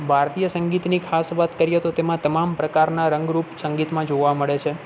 ભારતીય સંગીતની ખાસ વાત કરીએ તો તેમાં તમામ પ્રકારના રંગ રૂપ સંગીતમાં જોવા મળે છે